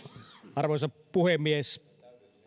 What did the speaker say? arvoisa puhemies